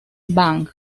bang